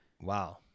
wow